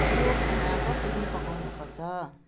यो खाना कसरी पकाउनु पर्छ